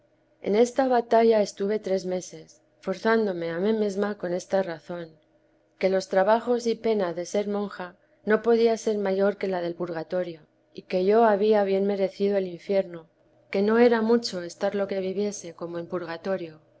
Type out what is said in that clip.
en esta batalla estuve tres meses forzándome a mí mesma con esta razón que los trabajos y pena de ser monja no podía ser mayor que la del purgatorio y que yo había bien merecido el infierno que no era mucho estar lo que viviese como en purgatorio